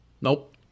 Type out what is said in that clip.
Nope